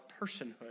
personhood